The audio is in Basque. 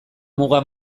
muga